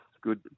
good